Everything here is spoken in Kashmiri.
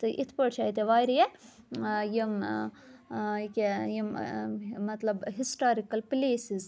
تہٕ یِتھ پٲٹھۍ چھِ اَتہِ واریاہ ٲں یِم ٲں کیاہ یِم ٲں مطلب ہِسٹارِکَل پٕلیسِز